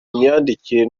myandikire